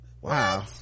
Wow